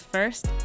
First